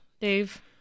Dave